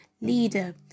leader